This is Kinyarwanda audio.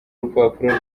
rupapuro